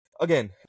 again